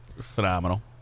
Phenomenal